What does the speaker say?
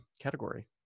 category